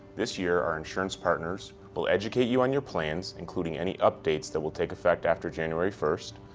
this year our insurance partners will educate you on your plans, including any updates that will take effect after january first,